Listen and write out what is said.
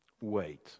Wait